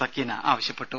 സക്കീന ആവശ്യപ്പെട്ടു